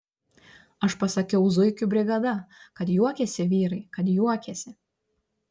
aš pasakiau zuikių brigada kad juokėsi vyrai kad juokėsi